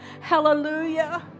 Hallelujah